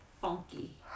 Funky